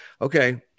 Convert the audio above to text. okay